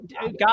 God